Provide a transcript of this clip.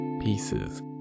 pieces